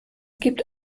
gibt